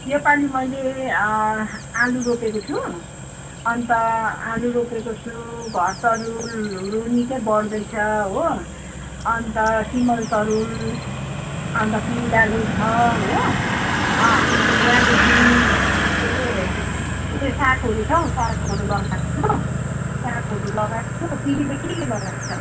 यो पालि मैले आलु रोपेको छु अन्त आलु रोपेको छु घर तरुलहरू निकै बढ्दैछ हो अन्त सिमल तरुल अन्त पिँडालु छ हो त्यहाँदेखि के अरे उयो सागहरू छु सागहरू लगाएको छु सागहरू लगाएको छु तिमीले के के लगाएको छौ